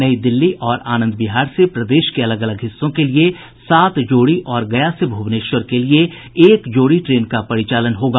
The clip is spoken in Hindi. नई दिल्ली और आनंद विहार से प्रदेश के अलग अलग हिस्सों के लिए सात जोड़ी और गया से भुवनेश्वर के लिए एक जोड़ी ट्रेन का परिचालन होगा